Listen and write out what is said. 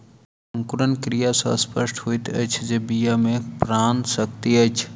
अंकुरण क्रिया सॅ स्पष्ट होइत अछि जे बीया मे प्राण शक्ति अछि